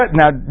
now